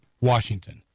Washington